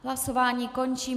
Hlasování končím.